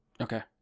Okay